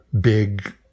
big